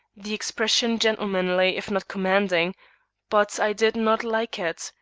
the expression gentlemanly if not commanding but i did not like it.